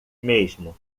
mesmo